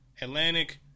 Atlantic